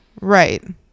Right